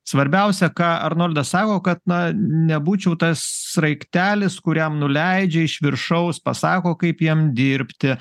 svarbiausia ką arnoldas sako kad na nebūčiau tas sraigtelis kuriam nuleidžia iš viršaus pasako kaip jam dirbti